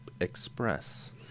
Express